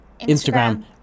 Instagram